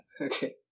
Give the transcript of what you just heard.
Okay